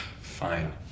Fine